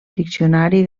diccionari